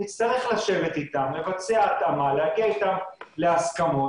נצטרך לשבת איתם, לבצע התאמה, להגיע איתם להסכמות.